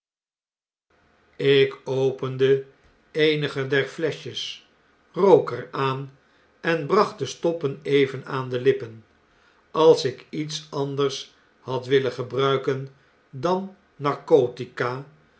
lk opende eenige der flescbjes rook er aan en bracht de stoppen even aan de lippen als ik iets anders had willen gebruiken dan narc